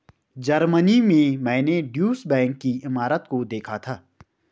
Germany में मैंने Deutsche bank की इमारत को देखा था